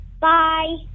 Bye